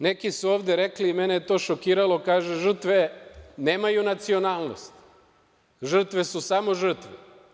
Neki su ovde rekli i mene je to šokiralo, kaže – žrtve nemaju nacionalnost, žrtve su samo žrtve.